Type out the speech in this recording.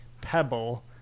pebble